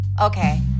Okay